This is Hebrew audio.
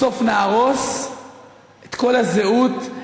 בסוף נהרוס את כל הזהות,